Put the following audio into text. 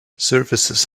services